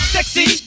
Sexy